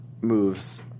moves